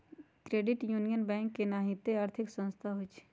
credit union bank के नाहिते आर्थिक संस्था होइ छइ